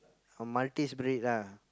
a Maltese breed ah